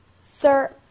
Sir